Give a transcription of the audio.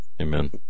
Amen